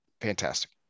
fantastic